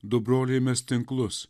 du broliai mes tinklus